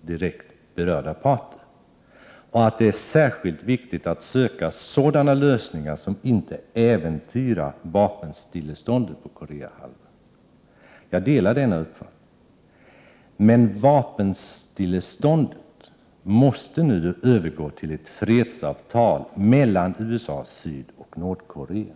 direkt berörda 29 maj 1989 parter och att det är särskilt viktigt att söka sådana lösningar som inte ;: R Om svenskt stöd åt äventyrar vapenstilleståndet på Koreahalvön. Jag delar denna uppfattning. fängslade tjeckiske Men vapenstilleståndet måste nu övergå i ett fredsavtal mellan USA, medborgaren Stanislav Sydkorea och Nordkorea.